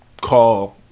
call